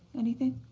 anything.